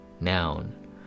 noun